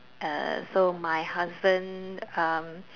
uh so my husband uh